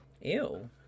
Ew